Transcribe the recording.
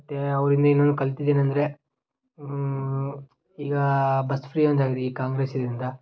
ಮತ್ತೆ ಅವ್ರಿಂದ ಇನ್ನೊಂದು ಕಲ್ತಿದೇನು ಅಂದರೆ ಈಗ ಬಸ್ ಫ್ರೀ ಅಂದಾಗಿದೆ ಈ ಕಾಂಗ್ರೆಸಿನಿಂದ